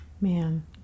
Man